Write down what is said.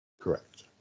Correct